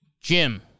Jim